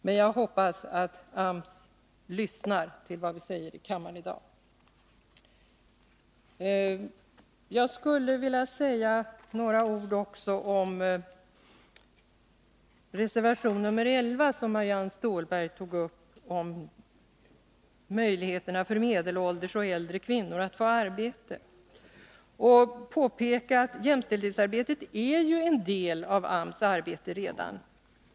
Men jag hoppas att AMS lyssnar till vad vi i dag säger i kammaren. Jag skulle vilja säga några ord också om reservation 11, som Marianne Stålberg tog upp. Den gäller möjligheterna för medelålders och äldre kvinnor att få arbete. Jämställdhetsarbetet är ju redan en del av AMS arbete.